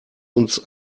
uns